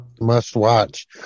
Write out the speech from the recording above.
Must-watch